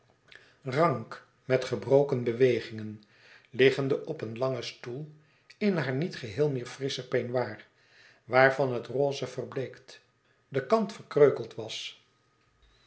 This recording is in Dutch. rank met gebroken bewegingen liggende op den langen stoel in haar niet geheel meer frisschen peignoir waarvan het rose verbleekt de kant verkreukeld was